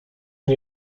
nie